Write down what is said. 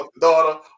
daughter